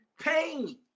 Pain